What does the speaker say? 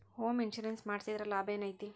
Home insurance ಮಡ್ಸಿದ್ರ ಲಾಭೆನೈತಿ?